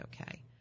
okay